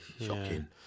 Shocking